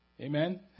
Amen